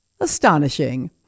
astonishing